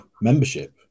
membership